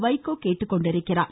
வைகோ கேட்டுக்கொண்டுள்ளார்